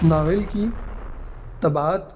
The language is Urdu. ناول کی طباعت